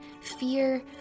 fear